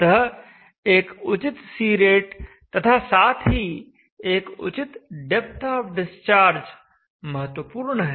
अतः एक उचित C रेट तथा साथ ही एक उचित डेप्थ ऑफ़ डिस्चार्ज महत्वपूर्ण हैं